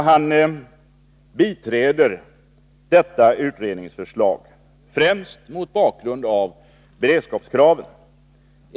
Han biträder detta utredningsförslag, främst mot bakgrund av beredskapskraven.